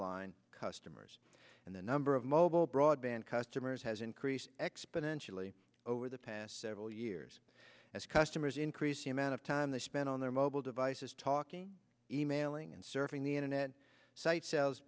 wireline customers and the number of mobile broadband customers has increased exponentially over the past several years as customers increase the amount of time they spend on their mobile devices talking emailing and surfing the internet site